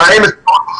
מכיוון שנתתם